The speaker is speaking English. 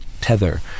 tether